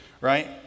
right